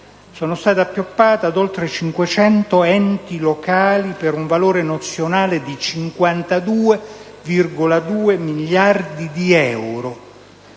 criminale, appioppati ad oltre 500 enti locali per un valore nozionale di 52,2 miliardi di euro,